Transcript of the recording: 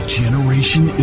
generation